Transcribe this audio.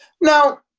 Now